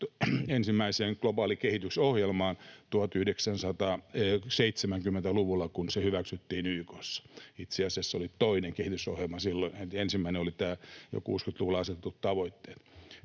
ensimmäiseen globaalikehitysohjelmaan 1970‑luvulla, kun se hyväksyttiin YK:ssa. Itse asiassa se oli toinen kehitysohjelma silloin. Ensimmäinen olivat nämä jo 60‑luvulla asetetut tavoitteet.